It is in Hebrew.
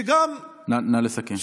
שגם אתה, נא לסכם.